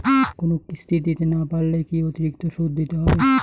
কোনো কিস্তি দিতে না পারলে কি অতিরিক্ত সুদ দিতে হবে?